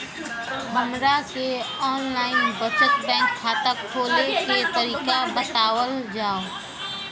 हमरा के online बचत बैंक खाता खोले के तरीका बतावल जाव?